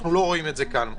אנחנו לא רואים כאן.